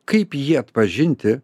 kaip jį atpažinti